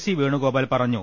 C Venugopal പറഞ്ഞു